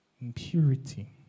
Impurity